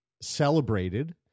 celebrated